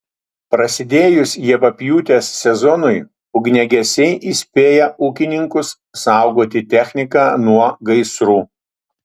prasidėjus javapjūtės sezonui ugniagesiai įspėja ūkininkus saugoti techniką nuo gaisrų